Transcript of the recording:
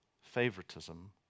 favoritism